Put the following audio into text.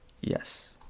yes